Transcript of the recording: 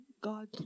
God